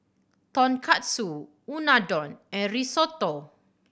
Tonkatsu Unadon and Risotto